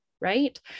right